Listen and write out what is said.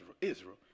Israel